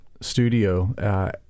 studio